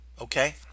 Okay